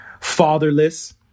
fatherless